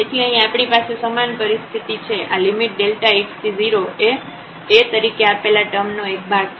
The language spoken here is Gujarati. તેથી અહી આપણી પાસે સમાન પરિસ્થિતિ છે આ લિમિટ x→0 એ A તરીકે આપેલા ટર્મનો એક ભાગ છે